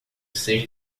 seja